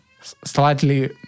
slightly